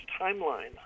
timeline